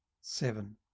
Seven